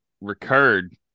recurred